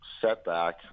setback